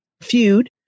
feud